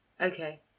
Okay